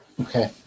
Okay